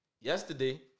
Yesterday